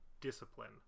discipline